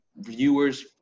viewers